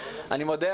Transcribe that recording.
אני מודה,